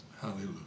Hallelujah